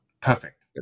Perfect